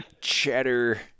Cheddar